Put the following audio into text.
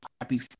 happy